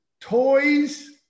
toys